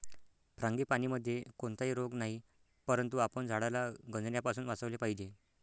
फ्रांगीपानीमध्ये कोणताही रोग नाही, परंतु आपण झाडाला गंजण्यापासून वाचवले पाहिजे